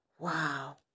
wow